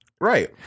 Right